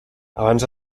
abans